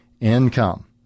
income